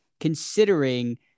considering